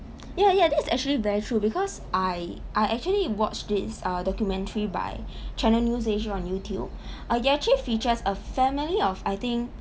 ya ya this is actually very true because I I actually watched this uh documentary by channel news asia on youtube it actually features a family of I think